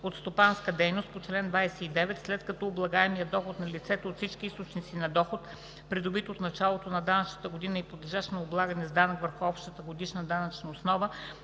от стопанска дейност по чл. 29, след като облагаемият доход на лицето от всички източници на доход, придобит от началото на данъчната година и подлежащ на облагане с данък върху общата годишна данъчна основа,